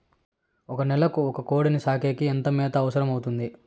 ఒక నెలకు ఒక కోడిని సాకేకి ఎంత మేత అవసరమవుతుంది?